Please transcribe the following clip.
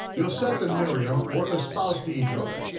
yoseph and miriam were espoused to each other.